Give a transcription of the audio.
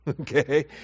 okay